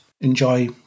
enjoy